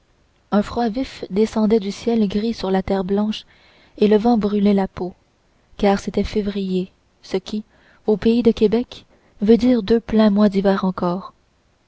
un froid vif descendait du ciel gris sur la terre blanche et le vent brûlait la peau car c'était février ce qui au pays de québec veut dire deux pleins mois d'hiver encore